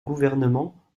gouvernement